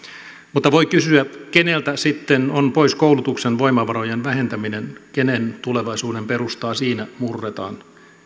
mutta voi kysyä keneltä sitten on pois koulutuksen voimavarojen vähentäminen kenen tulevaisuuden perustaa siinä murretaan